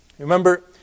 Remember